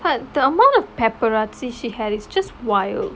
but the amount of papparazi she had it's just wild